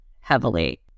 heavily